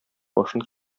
башын